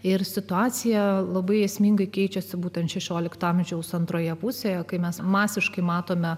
ir situacija labai esmingai keičiasi būtent šešiolikto amžiaus antroje pusėje kai mes masiškai matome